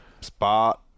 Spot